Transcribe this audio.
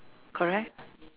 correct